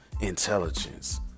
intelligence